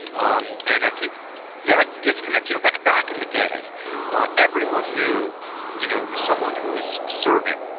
um and i think that disconnect, you know back back in the day everyone knew you know someone who is serving.